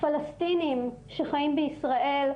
פלסטינים שחיים בישראל,